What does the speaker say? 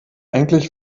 eigentlich